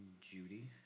Judy